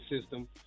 system